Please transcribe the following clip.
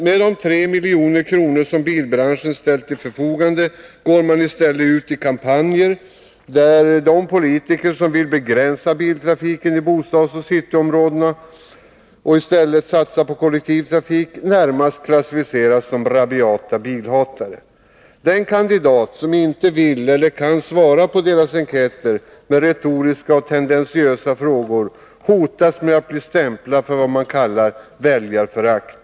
Med de 3 milj.kr. som bilbranschen ställt till förfogande går man i stället ut i kampanjer, där de politiker som vill begränsa biltrafiken i bostadsoch cityområdena och i stället satsa på kollektiv trafik närmast klassificeras som rabiata bilhatare. Den kandidat som inte vill eller kan svara på deras enkäter med retoriska och tendentiösa frågor hotas med att bli stämplad för vad man kallar för väljarförakt.